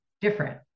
different